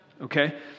okay